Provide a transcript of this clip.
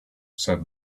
said